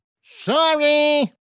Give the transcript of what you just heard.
Sorry